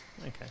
okay